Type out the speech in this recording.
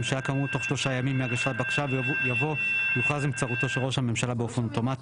4 נגד 8 נמנעים אין לא אושר.